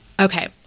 Okay